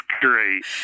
great